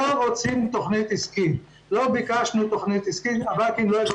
אנחנו לא רוצים תכנית עסקית ולא ביקשנו תכנית עסקית.